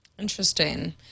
interesting